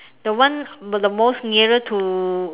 the one but the most nearer to